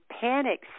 panic